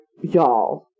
y'all